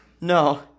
No